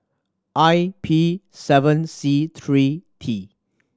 I P seven C three T